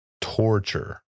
Torture